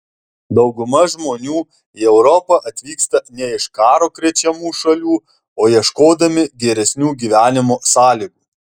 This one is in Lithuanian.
dauguma žmonių į europą atvyksta ne iš karo krečiamų šalių o ieškodami geresnių gyvenimo sąlygų